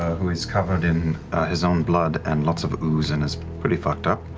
who is covered in his own blood and lots of ooze and is pretty fucked up,